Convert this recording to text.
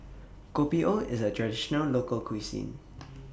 Kopi O IS A Traditional Local Cuisine